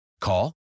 Call